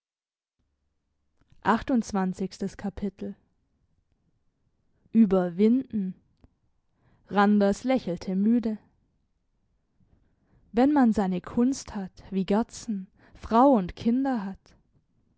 überwinden randers lächelte müde wenn man seine kunst hat wie gerdsen frau und kinder hat